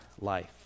life